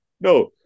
No